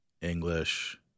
English